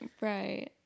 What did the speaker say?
right